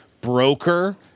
broker